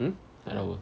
mm tak ada apa